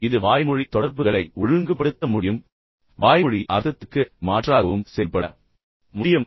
இது வாய்மொழி தொடர்புகளை ஒழுங்குபடுத்த முடியும் மற்றும் வாய்மொழி அர்த்தத்திற்கு மாற்றாகவும் செயல்பட முடியும்